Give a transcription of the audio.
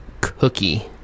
cookie